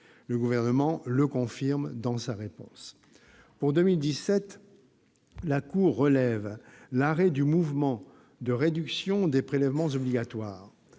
Le Gouvernement le confirme dans sa réponse. Pour 2017, la Cour relève l'arrêt du mouvement de réduction des prélèvements obligatoires.